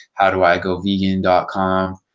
howdoigovegan.com